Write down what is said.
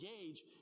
engage